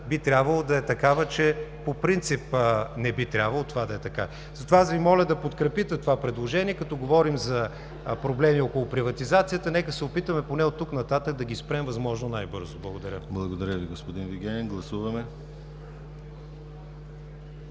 би трябвало да е такава, че по принцип не би трябвало това да е така. Затова аз Ви моля да подкрепите това предложение, като говорим за проблеми около приватизацията, нека се опитаме поне оттук нататък да ги спрем възможно най-бързо. Благодаря. ПРЕДСЕДАТЕЛ ДИМИТЪР ГЛАВЧЕВ: Благодаря Ви, господин Вигенин. Гласуваме.